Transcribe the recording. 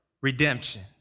redemption